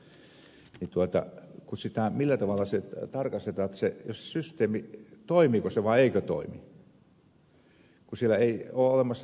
kaksi kaivoa ja sitten se perällä oleva tarkistuskaivo millä tavalla se tarkastetaan toimiiko se systeemi vai eikö toimi kun siellä ei ole olemassa tarkastusjärjestelmää